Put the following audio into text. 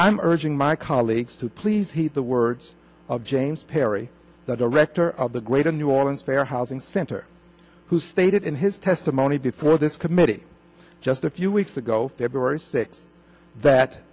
i'm urging my colleagues to please heed the words of james parry the director of the greater new orleans fair housing center who stated in his testimony before this committee just a few weeks ago th